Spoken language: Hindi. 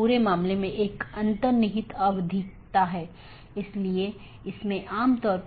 में ही रहते है